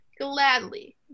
gladly